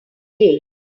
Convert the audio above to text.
day